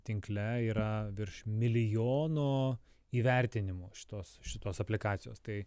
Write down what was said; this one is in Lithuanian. tinkle yra virš milijono įvertinimų šitos šitos aplikacijos tai